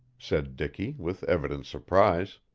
said dicky with evident surprise.